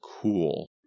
cool